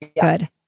Good